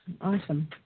awesome